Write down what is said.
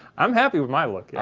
i'm happy with my look, yeah